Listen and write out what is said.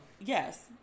Yes